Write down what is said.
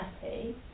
happy